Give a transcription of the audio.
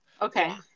Okay